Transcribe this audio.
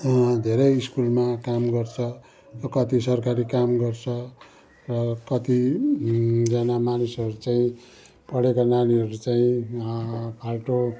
धेरै स्कुलमा काम गर्छ कति सरकारी काम गर्छ र कतिजना मानिसहरू चाहिँ पढेको नानीहरू चाहिँ फाल्तु